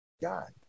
God